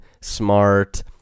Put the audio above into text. Smart